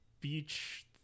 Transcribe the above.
beach